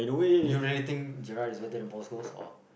you really think Gerald is better Post Coast or